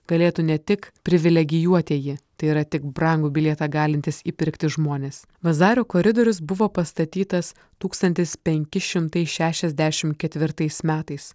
galėtų ne tik privilegijuotieji tai yra tik brangų bilietą galintys įpirkti žmonės vazario koridorius buvo pastatytas tūkstantis penki šimtai šešiasdešimt ketvirtais metais